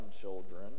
children